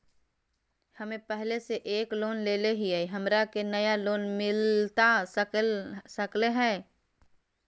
हमे पहले से एक लोन लेले हियई, हमरा के नया लोन मिलता सकले हई?